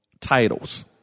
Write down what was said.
Titles